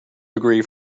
degree